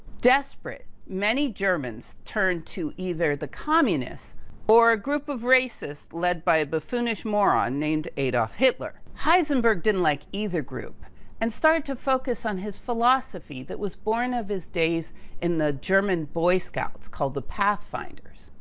desperate, many germans turned to either the communists or a group of racists led by a buffoonish moron named adolf hitler. heisenberg didn't like either group and started to focus on his philosophy that was born of his days in the german boy scouts called the pathfinders,